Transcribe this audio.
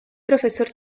profesor